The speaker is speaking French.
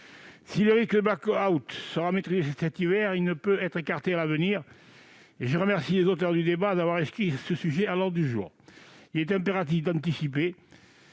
Si le risque de blackout est maîtrisé cet hiver, il ne peut être écarté à l'avenir, et je remercie les initiateurs de ce débat d'avoir inscrit ce sujet à l'ordre du jour. Il est impératif d'anticiper